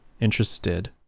interested